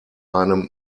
einem